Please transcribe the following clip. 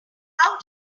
how